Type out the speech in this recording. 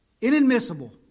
inadmissible